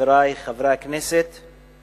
חברי חברי הכנסת,